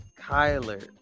Kyler